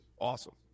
awesome